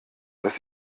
dass